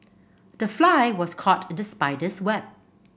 the fly was caught in the spider's web